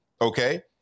Okay